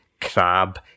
crab